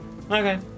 okay